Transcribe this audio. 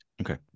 Okay